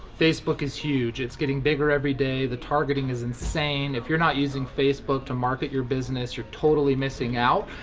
facebook is huge. it's getting bigger everyday. the targeting is insane. if you're not using facebook to market your business, you're totally missing out,